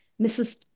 Mrs